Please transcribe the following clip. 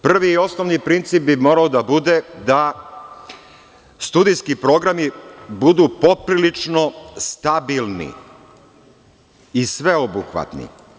Prvi i osnovni je princip bi morao da bude da studijski programi budu poprilično stabilni i sveobuhvatni.